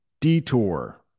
detour